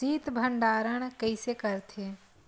शीत भंडारण कइसे करथे?